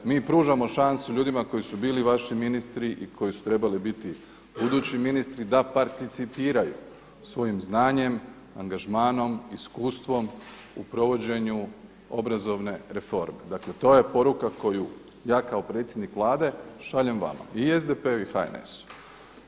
Mi pružamo šansu ljudima koji su bili vaši ministri i koji su trebali biti budući ministri da participiraju svojim znanjem, angažmanom, iskustvom u provođenju obrazovne reforme, dakle to je poruka koju ja kao predsjednik Vlade šaljem vama i SDP-u i HNS-u.